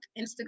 Instagram